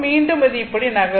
மீண்டும் அது இப்படி நகரும்